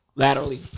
Laterally